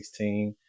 2016